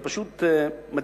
זה פשוט מדהים,